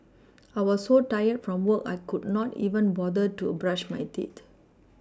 I was so tired from work I could not even bother to brush my teeth